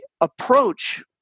approach